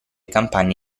campagne